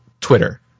Twitter